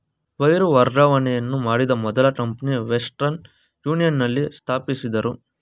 wire ವರ್ಗಾವಣೆಯನ್ನು ಮಾಡಿದ ಮೊದಲ ಕಂಪನಿ ವೆಸ್ಟರ್ನ್ ಯೂನಿಯನ್ ನಲ್ಲಿ ಸ್ಥಾಪಿಸಿದ್ದ್ರು